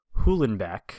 Hulenbeck